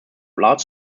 large